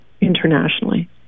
internationally